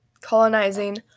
colonizing